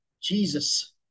Jesus